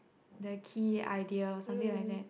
the key idea something like that